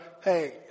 hey